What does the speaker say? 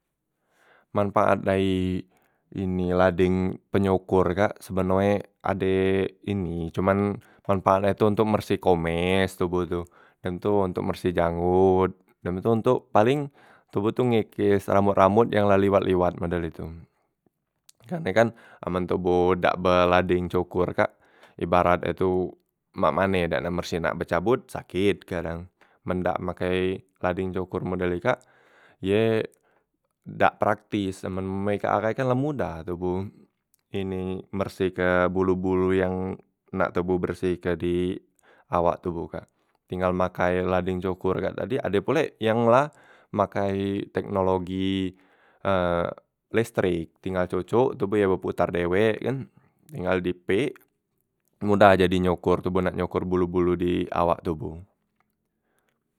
Manpaat dai ini ladeng penyokor kak sebenoe ade ini cuman manfaat e tu ntok bersih komes toboh tu, dem tu ntok bersih janggot, dem tu ntok paling toboh tu ngekes rambot- rambot yang la liwat- liwat model itu karne kan amen toboh dak be ladeng cokor kak ibarat e tu mak mane dak nak berseh, nak becabot sakit kadang, men dak makai ladeng cokor model i kak ye dak praktis, men me kak ahai kan la mudah toboh ini bersihke bulu- bulu yang nak toboh bersih ke di awak toboh kak, tinggal makai ladeng cokor kak tadi, ade pule yang la makai teknologi e lestrek tinggal cocok tu be ye berputar dewek kan tinggal di pek mudah jadi nyokor toboh nak nyokor bulu- bulu di awak toboh.